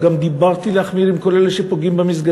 אני גם דיברתי על להחמיר עם כל אלה שפוגעים במסגדים,